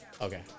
Okay